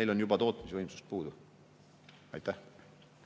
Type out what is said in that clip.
meil on juba tootmisvõimsust puudu. Aitäh!